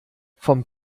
vom